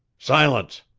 silence!